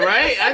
Right